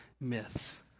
myths